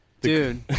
Dude